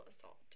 assault